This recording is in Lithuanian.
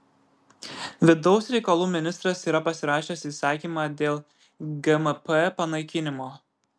vidaus reikalų ministras yra pasirašęs įsakymą dėl gmp panaikinimo